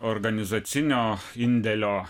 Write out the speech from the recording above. organizacinio indėlio